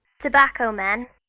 tobacco men.